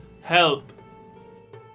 help